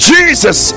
Jesus